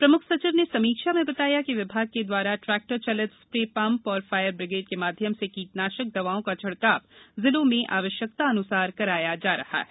प्रम्ख सचिव ने समीक्षा में बताया कि विभाग के द्वारा ट्रैक्टर चलित स्प्रे पंप और फायर ब्रिगेड के माध्यम से कीटनाशक दवाओं का छिड़काव जिलों में आवश्यकतान्सार कराया जा रहा है